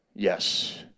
Yes